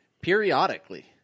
Periodically